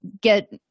get